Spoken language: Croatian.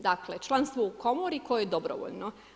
Dakle, članstvo u komori koje je dobrovoljni.